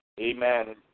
Amen